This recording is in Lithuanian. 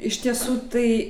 iš tiesų tai